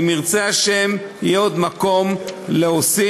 אם ירצה השם, יהיה עוד מקום להוסיף.